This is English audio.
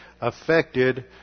affected